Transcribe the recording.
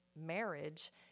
marriage